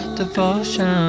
devotion